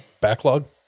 backlog